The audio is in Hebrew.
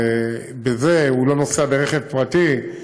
ובזה הוא לא נוסע ברכב פרטי,